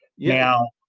now,